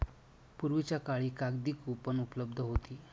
पूर्वीच्या काळी कागदी कूपन उपलब्ध होती